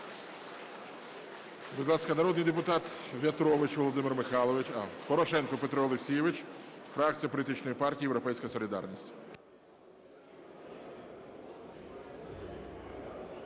Будь ласка, народний депутат В'ятрович Володимир Михайлович. Порошенко Петро Олексійович, фракція Політичної партії "Європейська солідарність".